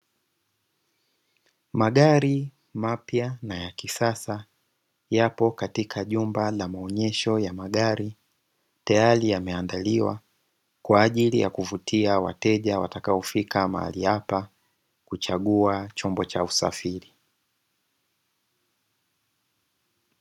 Magari mapya na ya kisasa yapo katika jumba la maonyesho ya magari, tayari yameandaliwa kwa ajili ya kuvutia wateja watakaofika mahali hapa kuchagua chombo cha usafiri.